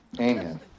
Amen